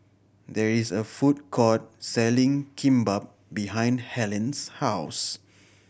there is a food court selling Kimbap behind Helene's house